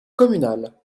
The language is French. communale